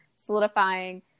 solidifying